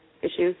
issues